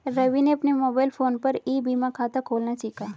रवि ने अपने mobile phone पर ई बीमा खाता खोलना सीखा